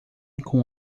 com